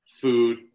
food